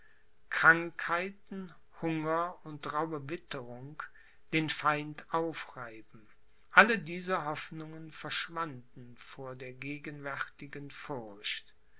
krankheiten hunger und rauhe witterung den feind aufreiben alle diese hoffnungen verschwanden vor der gegenwärtigen furcht